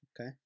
Okay